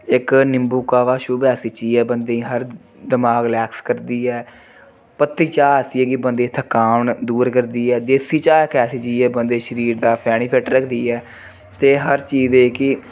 इक नींबू काह्वा शुभ ऐसी चीज़ ऐ बंदे गी हर दमाग रिलैक्स करदी ऐ पत्ती चाह् ऐसी ऐ कि बंदे थकान दूर करदी ऐ देसी चाह् इक ऐसी चीज़ ऐ बंदे गी शरीर दा फिट रखदी ऐ ते हर चीज़ दे कि